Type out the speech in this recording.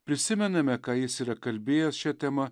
prisimename ką jis yra kalbėjęs šia tema